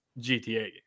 GTA